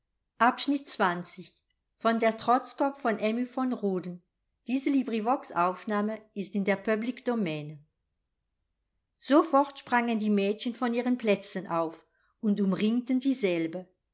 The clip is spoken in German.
an der hand ein sofort sprangen die mädchen von ihren plätzen auf und umringten dieselbe